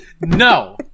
No